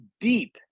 deep